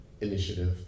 initiative